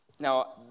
Now